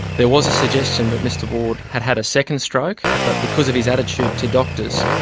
there was a suggestion that mr ward had had a second stroke, but because of his attitude to doctors,